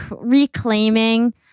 reclaiming